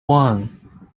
one